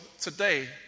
today